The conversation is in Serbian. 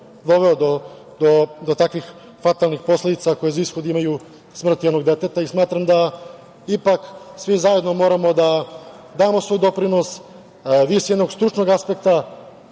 doveo do takvih fatalnih posledica koje za ishod imaju smrt jednog deteta. Smatram da ipak svi zajedno moramo da damo svoj doprinos, vi s jednog stručnog aspekta,